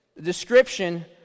description